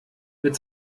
mit